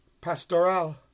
Pastoral